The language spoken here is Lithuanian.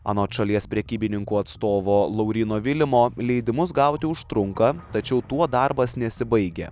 anot šalies prekybininkų atstovo lauryno vilimo leidimus gauti užtrunka tačiau tuo darbas nesibaigia